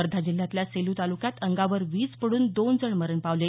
वर्धा जिल्ह्यातल्या सेलू तालुक्यात अंगावर वीज पडून दोन जण मरण पावले